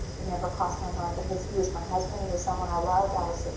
it never crossed my mind because he was my husband. he was someone i loved. i was, so